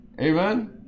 Amen